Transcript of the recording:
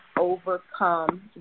overcome